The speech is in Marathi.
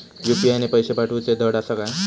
यू.पी.आय ने पैशे पाठवूचे धड आसा काय?